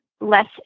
less